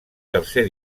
tercer